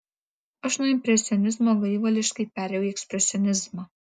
aš nuo impresionizmo gaivališkai perėjau į ekspresionizmą